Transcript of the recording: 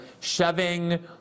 shoving